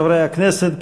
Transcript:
חברי הכנסת,